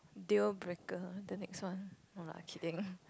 deal-breaker the next one no lah I kidding